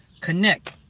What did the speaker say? Connect